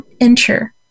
enter